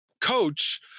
coach